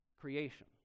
creation